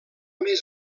més